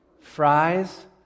fries